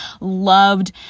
loved